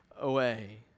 away